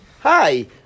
Hi